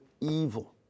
evil